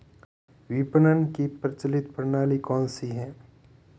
विपणन की प्रचलित प्रणाली कौनसी है?